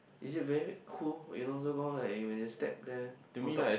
is it very cool you know so called that you when you step there on top